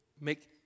make